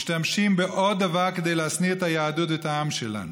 הם משתמשים בעוד דבר כדי להשניא את היהדות ואת העם שלנו.